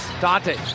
Dante